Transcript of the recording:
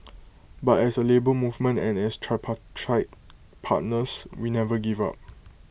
but as A Labour Movement and as tripartite partners we never give up